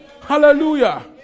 Hallelujah